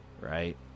right